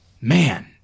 man